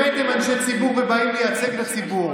באמת אנשי ציבור ובאים לייצג את הציבור.